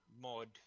mod